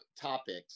topics